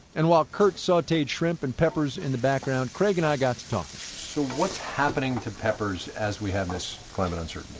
and while kurt sauteed shrimp and peppers in the background, kraig and i got to talking, so what's happening to peppers as we have this climate uncertainty?